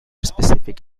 specific